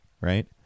right